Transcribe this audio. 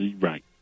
Right